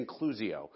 inclusio